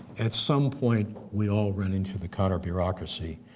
at some point, we all run into the counter-bureaucracy,